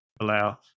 allow